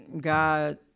God